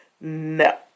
No